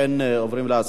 מי שבעד,